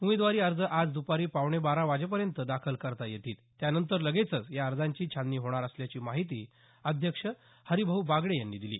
उमेदवारी अर्ज आज दुपारी पावणे बारा वाजेपर्यंत दाखल करता येतील त्यानंतर लगेचच या अर्जांची छाननी होणार असल्याची माहिती अध्यक्ष हरिभाऊ बागडे यांनी दिली